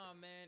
man